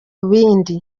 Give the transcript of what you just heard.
bindi